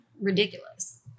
ridiculous